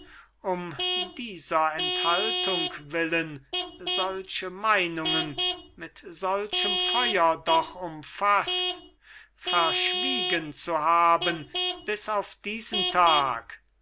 um dieser enthaltung willen solche meinungen mit solchem feuer doch umfaßt verschwiegen zu haben bis auf diesen tag